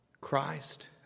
Christ